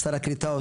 שר הקליטה,